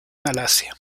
malasia